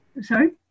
Sorry